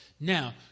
Now